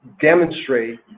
demonstrate